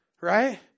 right